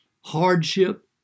hardship